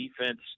defense